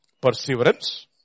perseverance